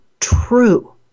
true